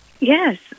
Yes